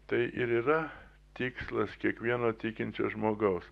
tai ir yra tikslas kiekvieno tikinčio žmogaus